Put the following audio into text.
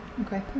okay